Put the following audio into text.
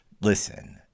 listen